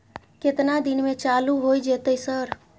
केतना दिन में चालू होय जेतै सर?